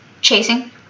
Chasing